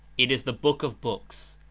it is the book of books,